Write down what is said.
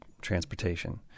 transportation